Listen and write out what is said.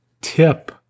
tip